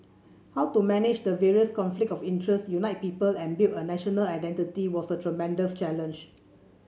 how to manage the various conflict of interest unite people and build a national identity was a tremendous challenge